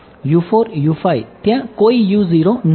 ત્યાં કોઈ નથી